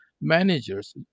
managers